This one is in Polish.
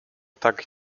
tak